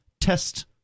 test